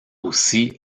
aussi